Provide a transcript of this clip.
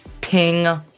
Ping